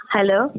Hello